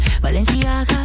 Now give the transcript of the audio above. Valencia